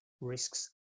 risks